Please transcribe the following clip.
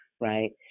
right